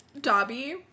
Dobby